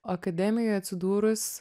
akademijoj atsidūrus